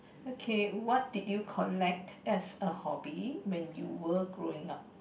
okay what did you collect as a hobby when you were growing up